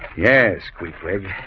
yes, cui flavor.